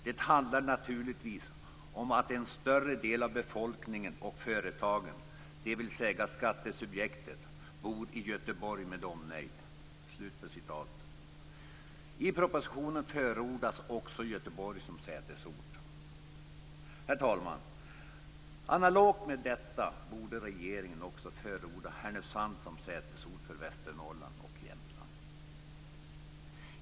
Det handlar naturligtvis om att en större del av befolkningen och företagen, dvs. skattesubjektet, bor i Göteborg med omnejd." I propositionen förordas också Herr talman! Analogt med detta borde regeringen också förorda Härnösand som sätesort för Västernorrland och Jämtland.